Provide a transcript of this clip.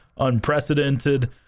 unprecedented